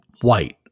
white